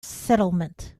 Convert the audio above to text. settlement